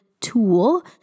tool